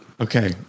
Okay